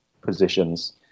positions